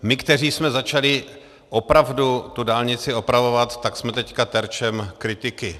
My, kteří jsme začali opravdu tu dálnici opravovat, jsme teď terčem kritiky.